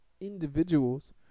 individuals